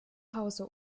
hause